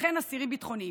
וכן אסירים ביטחוניים.